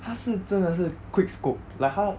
他是真的是 quick scope like 他